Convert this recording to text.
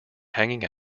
hanging